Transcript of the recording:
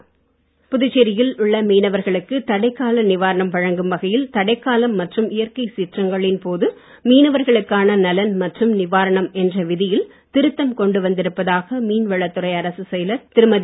மீன்வளத்துறை புதுச்சேரியில் உள்ள மீனவர்களுக்கு தடைக்கால நிவாரணம் வழங்கும் வகையில் தடைக்காலம் மற்றும் இயற்கைச் சீற்றங்களின் போது மீனவர்களுக்கான நலன் மற்றும் நிவாரணம் என்ற விதியில் திருத்தம் கொண்டு வந்திருப்பதாக மீன்வளத்துறை அரசுச் செயலர் திருமதி